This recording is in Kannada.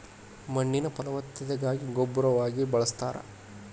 ಮಣ್ಣಿನ ಫಲವತ್ತತೆಗಾಗಿ ಗೊಬ್ಬರವಾಗಿ ಬಳಸ್ತಾರ